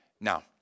Now